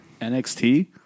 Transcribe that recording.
NXT